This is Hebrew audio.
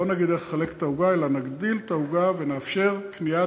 לא נחלק את העוגה אלא נגדיל את העוגה ונאפשר קניית